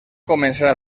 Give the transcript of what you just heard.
començar